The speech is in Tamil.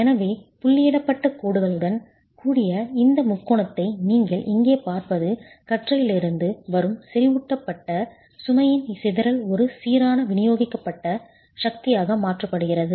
எனவே புள்ளியிடப்பட்ட கோடுகளுடன் கூடிய இந்த முக்கோணத்தை நீங்கள் இங்கே பார்ப்பது கற்றையிலிருந்து வரும் செறிவூட்டப்பட்ட சுமையின் சிதறல் ஒரு சீரான விநியோகிக்கப்பட்ட சக்தியாக மாற்றப்படுகிறது